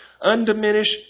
undiminished